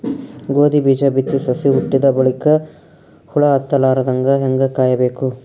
ಗೋಧಿ ಬೀಜ ಬಿತ್ತಿ ಸಸಿ ಹುಟ್ಟಿದ ಬಲಿಕ ಹುಳ ಹತ್ತಲಾರದಂಗ ಹೇಂಗ ಕಾಯಬೇಕು?